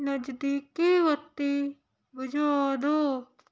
ਨਜ਼ਦੀਕੀ ਬੱਤੀ ਬੁਝਾ ਦਿਉ